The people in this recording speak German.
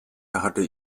hatte